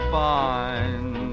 fine